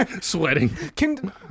Sweating